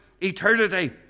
eternity